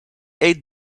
eet